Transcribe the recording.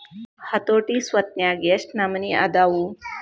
ಹತೋಟಿ ಸ್ವತ್ನ್ಯಾಗ ಯೆಷ್ಟ್ ನಮನಿ ಅದಾವು?